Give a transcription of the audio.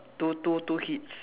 two two two kids